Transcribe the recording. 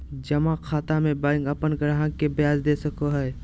जमा खाता में बैंक अपन ग्राहक के ब्याज दे हइ